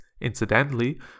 incidentally